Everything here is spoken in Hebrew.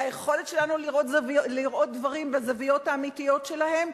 ליכולת שלנו לראות דברים בזוויות האמיתיות שלהם.